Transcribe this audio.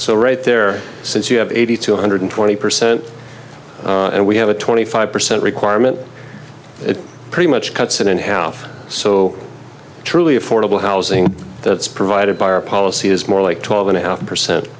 so right there since you have eighty to one hundred twenty percent and we have a twenty five percent requirement it pretty much cuts it in half so truly affordable housing that's provided by our policy is more like twelve and a half percent